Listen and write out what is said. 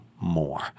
more